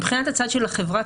מבחינת הצד של החברה